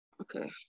Okay